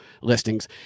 listings